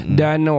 dan